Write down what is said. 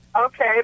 Okay